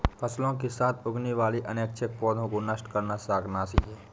फसलों के साथ उगने वाले अनैच्छिक पौधों को नष्ट करना शाकनाशी है